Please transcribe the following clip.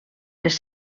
les